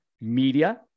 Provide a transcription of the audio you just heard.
Media